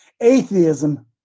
Atheism